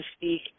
speak